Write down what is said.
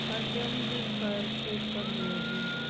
perfumes पर छूट कब मिलेगी